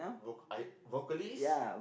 vo~ I vocalist